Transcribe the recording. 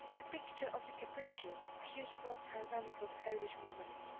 a picture of the capricious, beautiful tyrannical polish woman.